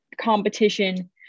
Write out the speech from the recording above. competition